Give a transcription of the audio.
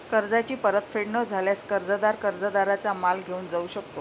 कर्जाची परतफेड न झाल्यास, कर्जदार कर्जदाराचा माल घेऊन जाऊ शकतो